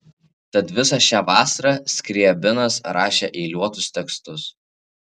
tad visą šią vasarą skriabinas rašė eiliuotus tekstus